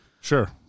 Sure